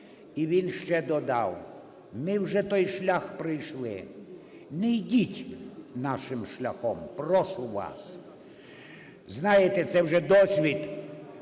І він ще додав: "Ми вже той шлях пройшли. Не йдіть нашим шляхом, прошу вас". Знаєте, це вже досвід